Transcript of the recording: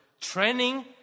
training